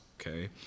okay